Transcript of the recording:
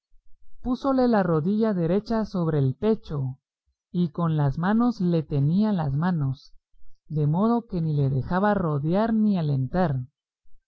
arriba púsole la rodilla derecha sobre el pecho y con las manos le tenía las manos de modo que ni le dejaba rodear ni alentar